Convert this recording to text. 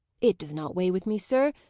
it does not weigh with me, sir.